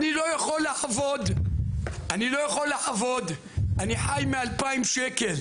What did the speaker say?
אני לא יכול לעבוד אני חי מ- 2,000 ₪,